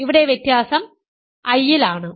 ഇവിടെ വ്യത്യാസം I ൽ ആണ്